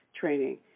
training